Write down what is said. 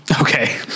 Okay